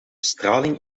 straling